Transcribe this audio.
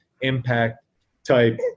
impact-type